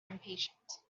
impatient